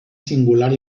singular